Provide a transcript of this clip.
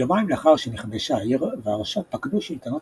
יומיים לאחר שנכבשה העיר ורשה פקדו שלטונות